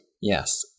yes